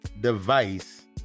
device